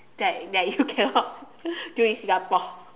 that that you cannot do in Singapore